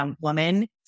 woman